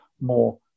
more